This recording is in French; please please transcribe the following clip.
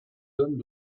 hommes